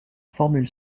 formule